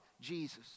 Jesus